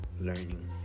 learning